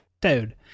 Dude